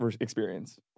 experience